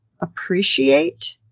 appreciate